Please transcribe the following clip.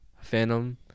Phantom